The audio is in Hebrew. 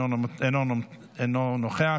אינו נוכח,